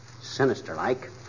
sinister-like